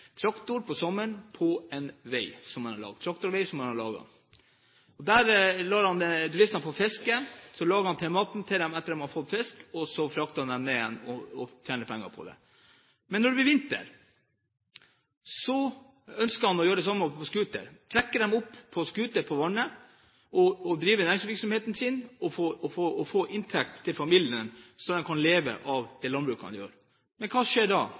traktor om sommeren, på en traktorvei som han har laget. Han lar turistene få fiske, så lager han mat til dem etter at de har fått fisk, og så frakter han dem ned igjen, og tjener penger på dem. Når det blir vinter, ønsker han å gjøre det samme med scooter – trekke dem opp til vannet med scooter, drive næringsvirksomheten sin og få inntekt til familien, slik at de kan leve av det. Men hva skjer da?